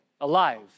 alive